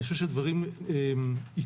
ואני חושב שהדברים התקדמו.